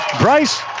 Bryce